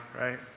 right